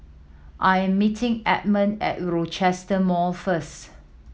I am meeting Edmond at Rochester Mall first